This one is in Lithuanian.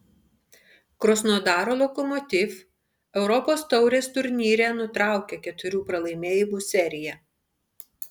krasnodaro lokomotiv europos taurės turnyre nutraukė keturių pralaimėjimų seriją